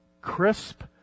crisp